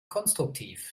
konstruktiv